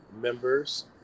members